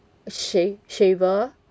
sha~ shaver